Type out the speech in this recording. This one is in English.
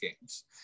games